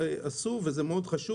שעשו וזה חשוב מאוד,